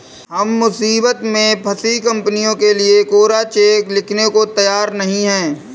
हम मुसीबत में फंसी कंपनियों के लिए कोरा चेक लिखने को तैयार नहीं हैं